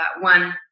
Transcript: one